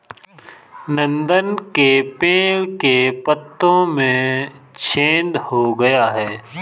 नंदन के पेड़ के पत्तों में छेद हो गया है